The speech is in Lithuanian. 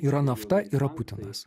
yra nafta yra putinas